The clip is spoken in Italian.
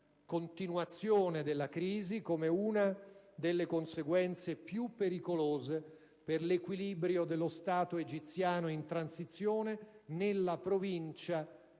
continuazione della crisi, come una delle conseguenze più pericolose per l'equilibrio dello Stato egiziano in transizione: ricordo che la